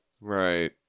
Right